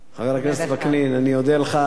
חבר הכנסת וקנין, אני אודה לך,